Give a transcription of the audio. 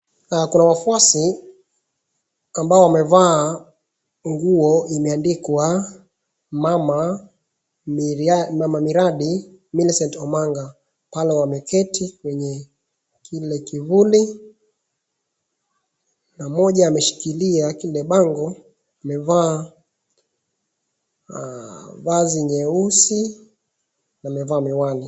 Kuna wafuasi ambao wamevaa nguo imeandikwa mama miradi Milicent Omanga. Pale wameketi kwenye kile kivuli na mmoja ameshikilia kile bango amevaa vazi nyeusu na amevaa miwani.